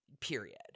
period